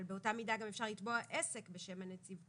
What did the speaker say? אבל באותה מידה גם אפשר לתבוע עסק בשם הנציבות.